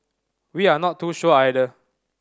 we are not too sure either